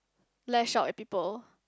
lash out at people